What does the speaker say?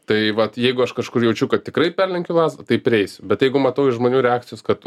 tai vat jeigu aš kažkur jaučiu kad tikrai perlenkiu lazdą tai prieisiu bet jeigu matau iš žmonių reakcijos kad